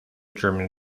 german